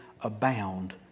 abound